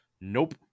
Nope